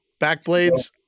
Backblades